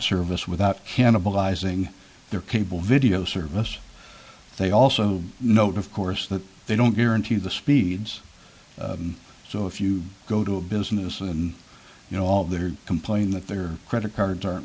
service without cannibalizing their cable video service they also note of course that they don't guarantee the speeds so if you go to a business and you know all that or complain that their credit cards aren't